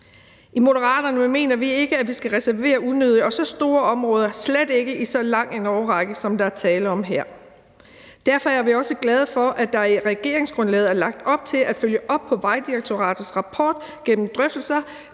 I Moderaterne mener vi ikke, at vi skal reservere unødige og så store områder og slet ikke i så lang en årrække, som der er tale om her. Derfor er vi også glade for, at der i regeringsgrundlaget er lagt op til at følge op på Vejdirektoratets rapport gennem drøftelser